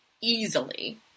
easily